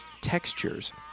textures